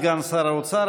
סגן שר האוצר,